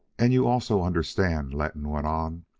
and you also understand, letton went on,